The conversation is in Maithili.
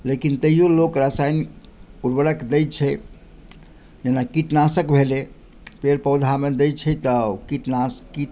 लेकिन तैयो लोक रासायन उर्वरक दै छै जेना कीटनाशक भेलै पेड़ पौधामे दै छै तऽ कीटनाश किट